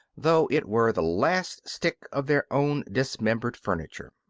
though it were the last stick of their own dismembered furniture.